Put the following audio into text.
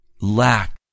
lack